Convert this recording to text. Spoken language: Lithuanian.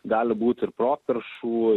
gali būt ir properšų